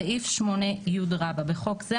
בסעיף 8י (בחוק זה,